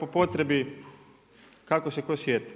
po potrebi kako se tko sjeti.